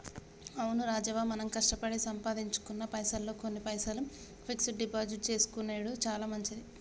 అవును రాజవ్వ మనం కష్టపడి సంపాదించుకున్న పైసల్లో కొన్ని పైసలు ఫిక్స్ డిపాజిట్ చేసుకొనెడు చాలా మంచిది